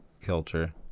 culture